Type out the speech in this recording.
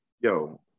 yo